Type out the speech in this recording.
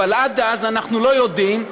אבל עד אז אנחנו לא יודעים,